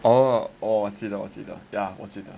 哦哦记得我记得我记得